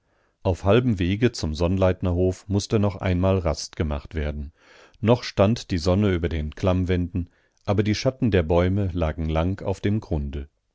auf halbem wege zum sonnleitnerhof mußte noch einmal rast gemacht werden noch stand die sonne über den klammwänden aber die schatten der bäume lagen lang auf dem grunde